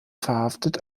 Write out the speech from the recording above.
verhaftet